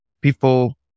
people